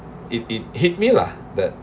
it it hit me lah that